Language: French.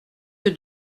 que